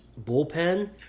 bullpen